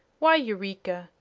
why, eureka,